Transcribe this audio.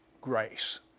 grace